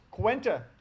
cuenta